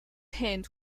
hint